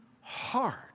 heart